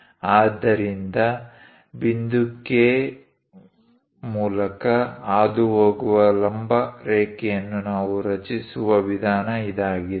ಆದ್ದರಿಂದ ಬಿಂದು K ಮೂಲಕ ಹಾದುಹೋಗುವ ಲಂಬ ರೇಖೆಯನ್ನು ನಾವು ರಚಿಸುವ ವಿಧಾನ ಇದಾಗಿದೆ